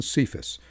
Cephas